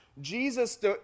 Jesus